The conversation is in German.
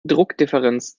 druckdifferenz